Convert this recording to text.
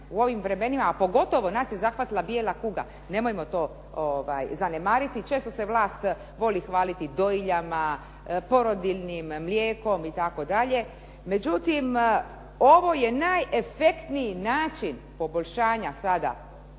u ovim vremenima a pogotovo nas je zahvatila bijela kuga, nemojmo to zanemariti. Često se vlast voli hvaliti dojiljama, porodiljnim, mlijekom itd. Međutim, ovo je najefektniji način poboljšanja sada